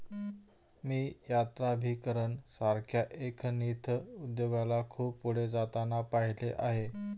मी यात्राभिकरण सारख्या एथनिक उद्योगाला खूप पुढे जाताना पाहिले आहे